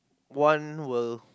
one will